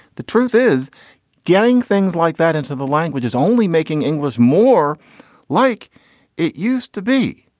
the truth is getting things like that into the languages, only making english more like it used to be.